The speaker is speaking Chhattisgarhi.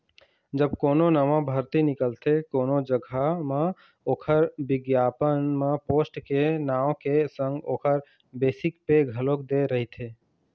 जब कोनो नवा भरती निकलथे कोनो जघा म ओखर बिग्यापन म पोस्ट के नांव के संग ओखर बेसिक पे घलोक दे रहिथे